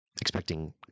expecting